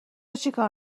چیکار